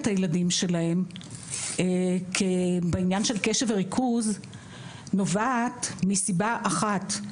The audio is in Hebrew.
הילדים שלהם בעניין של קשב וריכוז נובעת מסיבה אחת,